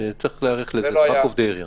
צריך להיערך לזה, אלה רק עובדי עירייה.